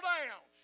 down